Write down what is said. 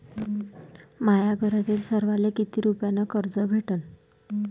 माह्या घरातील सर्वाले किती रुप्यान कर्ज भेटन?